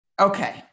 okay